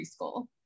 preschool